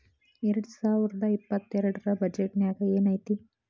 ಎರ್ಡ್ಸಾವರ್ದಾ ಇಪ್ಪತ್ತೆರ್ಡ್ ರ್ ಬಜೆಟ್ ನ್ಯಾಗ್ ಏನೈತಿ?